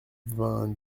vingt